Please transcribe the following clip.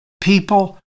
people